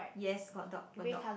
yes got dog got dog